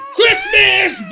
Christmas